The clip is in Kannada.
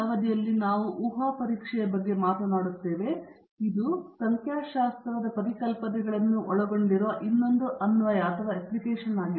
ಈಗ ನಾವು ಊಹಾ ಪರೀಕ್ಷೆಗೆ ಬರುತ್ತೇವೆ ಇದು ಈ ಸಂಖ್ಯಾಶಾಸ್ತ್ರದ ಪರಿಕಲ್ಪನೆಗಳನ್ನು ಒಳಗೊಂಡಿರುವ ಮತ್ತೊಂದು ಅಪ್ಲಿಕೇಶನ್ ಆಗಿದೆ